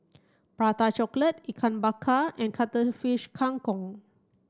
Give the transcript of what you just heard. Prata Chocolate Ikan Bakar and Cuttlefish Kang Kong